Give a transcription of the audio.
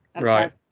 Right